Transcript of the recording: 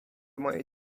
mojej